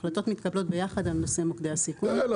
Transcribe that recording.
ההחלטות מתקבלות ביחד על נושאי מוקדי הסיכון בהתאם לנתונים.